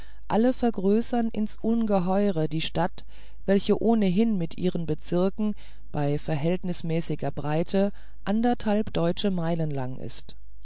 alle vergrößern ins ungeheure die stadt welche ohnehin in ihrem bezirke bei verhältnismäßiger breite anderthalb deutsche meilen lang ist